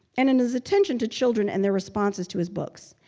and and his attention to children and their responses to his books.